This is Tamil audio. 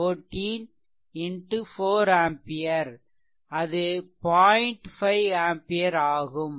5 ஆம்பியர் ஆகும்